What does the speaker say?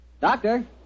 Doctor